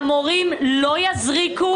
שהמורים לא יזריקו.